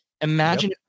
imagine